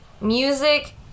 Music